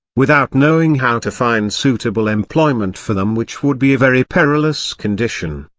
without knowing how to find suitable employment for them which would be a very perilous condition,